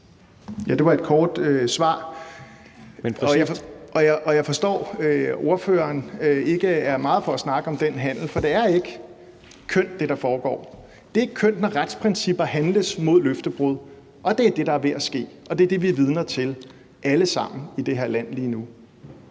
Det var et kort svar. Og jeg forstår, at ordføreren ikke er meget for at snakke om den handel, for det er ikke kønt, hvad der foregår. Det er ikke kønt, når retsprincipper handles mod løftebrud, og det er det, der er ved at ske, og det er det, vi er vidner til alle sammen i det her land lige nu.